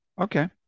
Okay